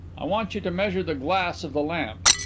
i want you to measure the glass of the lamp.